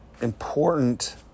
important